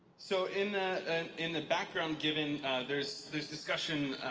so in the in the background, given there's there's discussion